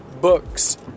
books